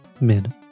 Mid